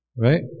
Right